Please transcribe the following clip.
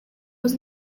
was